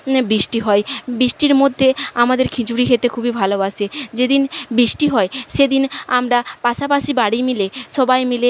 বৃষ্টি হয় বৃষ্টির মধ্যে আমাদের খিচুড়ি খেতে খুবই ভালোবাসে যেদিন বৃষ্টি হয় সেদিন আমরা পাশাপাশি বাড়ি মিলে সবাই মিলে